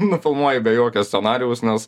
nufilmuoji be jokio scenarijaus nes